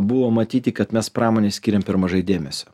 buvo matyti kad mes pramonei skiriam per mažai dėmesio